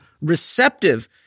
receptive